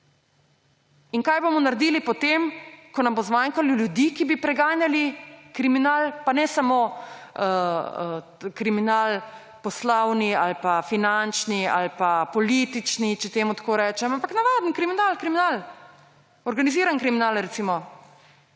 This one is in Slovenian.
In kaj bomo naredili potem, ko nam bo zmanjkalo ljudi, ki bi preganjali kriminal? Pa ne samo poslovni ali pa finančni ali pa politični kriminal, če temu tako rečem, ampak navaden kriminal, organizirani kriminal recimo.